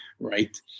Right